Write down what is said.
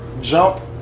jump